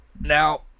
Now